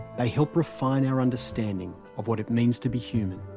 they help refine our understanding of what it means to be human.